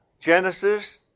Genesis